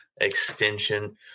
extension